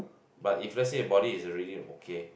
but if let say about it is really okay